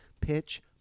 pitch